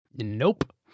Nope